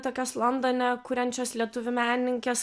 tokios londone kuriančios lietuvių menininkės